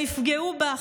הם יפגעו בך.